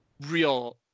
real